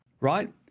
Right